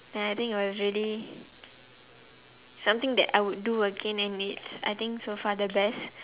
ya I think it was really something that I would do again and it's I think so far the best like